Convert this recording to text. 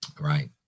Right